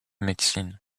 médecine